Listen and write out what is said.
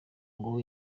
ngo